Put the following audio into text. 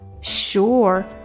Sure